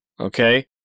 Okay